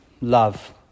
love